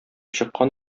чыккан